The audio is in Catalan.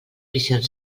visions